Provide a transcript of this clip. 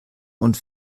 und